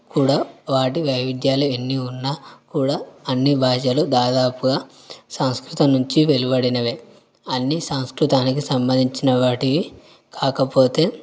కూడా వాటి వైవిధ్యాలు కూడా ఎన్ని ఉన్నా కూడా అన్ని భాషలు దాదాపుగా సాంస్కృతం నుంచి వెలువడినవే అన్నీ సాంస్కృతానికి సంబంధించిన వాటివి కాకపోతే